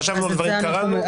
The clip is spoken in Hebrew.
חשבנו על זה, קראנו.